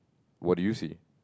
what do you see